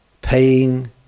paying